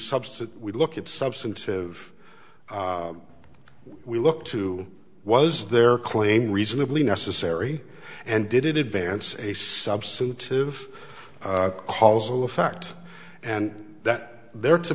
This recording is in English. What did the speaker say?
substance we look at substantive we look to was their claim reasonably necessary and did it advance a substantive causal effect and that there to